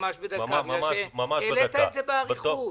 העלית את זה באריכות.